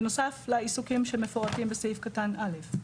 בנוסף לעיסוקים שמפורטים בסעיף קטן א'.